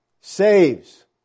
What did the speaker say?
Saves